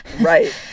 Right